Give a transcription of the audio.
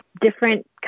different